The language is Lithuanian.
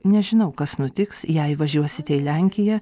nežinau kas nutiks jei važiuosite į lenkiją